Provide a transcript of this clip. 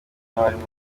n’abarimu